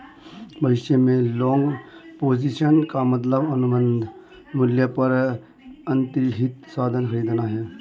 भविष्य में long position का मतलब अनुबंध मूल्य पर अंतर्निहित साधन खरीदना है